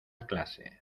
clase